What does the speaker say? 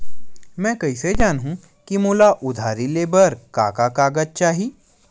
मैं कइसे जानहुँ कि मोला उधारी ले बर का का कागज चाही?